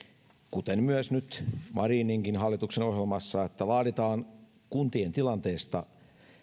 kuten nyt marininkin hallituksen ohjelmassa että laaditaan kuntien tilanteesta